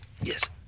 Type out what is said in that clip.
Yes